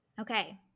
Okay